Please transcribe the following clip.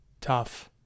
tough